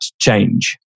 change